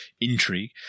intrigue